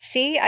See